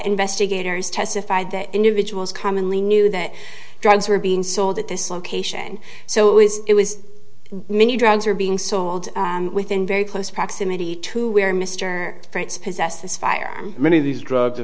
investigators testified that individuals commonly knew that drugs were being sold at this location so it was it was many drugs are being sold within very close proximity to where mr fritz possess this firearm many of these drugs